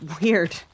weird